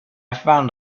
found